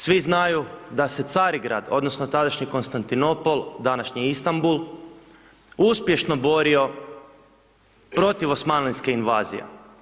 Svi znaju da se Carigrad odnosno tadašnji Konstantinopol današnji Istambul uspješno borio protiv osmanlijske invazije.